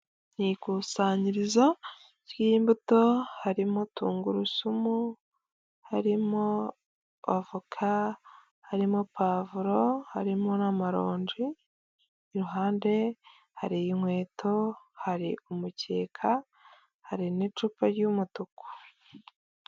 Mu ikusanyirizo ry'imbuto, harimo tungurusumu, harimo avoka, harimo pavuro, harimo na maronji, iruhande hari inkweto, hari umukeka, hari n'icupa ry'umutuku.